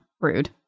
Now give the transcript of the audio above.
Rude